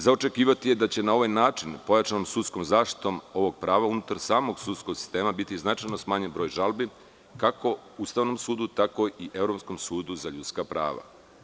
Za očekivati je da će na ovaj način, pojačanom sudskom zaštitom ovog prava unutar samog sudskog sistema, biti značajno smanjen broj žalbi, kako Ustavnom sudu, tako i Evropskom sudu za ljudska prava.